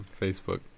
Facebook